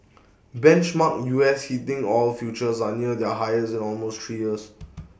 benchmark U S heating oil futures are near their highest in almost three years